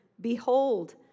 behold